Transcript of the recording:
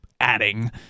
adding